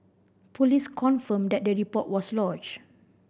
police confirmed that the report was lodged